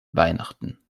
weihnachten